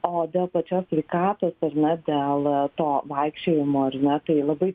o dėl pačios sveikatos ar ne dėl to vaikščiojimo ar ne tai labai